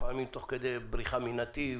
לפעמים תוך כדי בריחה מנתיב,